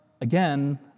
again